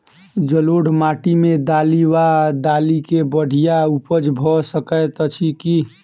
जलोढ़ माटि मे दालि वा दालि केँ बढ़िया उपज भऽ सकैत अछि की?